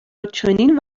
چنین